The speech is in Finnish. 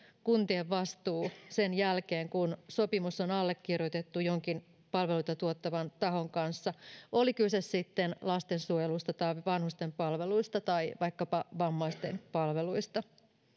kuntien vastuu sen jälkeen kun sopimus on allekirjoitettu jonkin palveluita tuottavan tahon kanssa oli kyse sitten lastensuojelusta tai vanhusten palveluista tai vaikkapa vammaisten palveluista